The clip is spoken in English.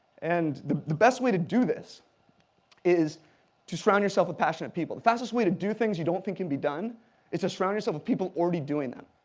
and the the best way to do this is to surround yourself with passionate people. the fastest things to do things you don't think can be done is to surround yourself with people already doing them.